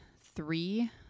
three